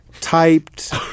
typed